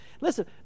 Listen